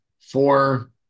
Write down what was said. four